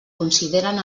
consideren